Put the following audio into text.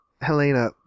Helena